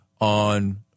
on